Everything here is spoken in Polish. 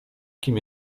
kim